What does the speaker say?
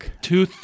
two